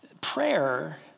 prayer